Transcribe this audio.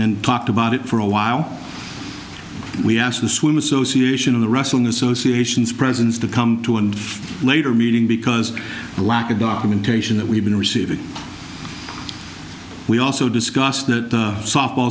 and talked about it for a while we asked the swim association of the wrestling associations presidents to come to and later meeting because the lack of documentation that we've been receiving we also discussed that softball